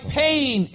pain